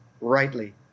rightly